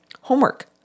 homework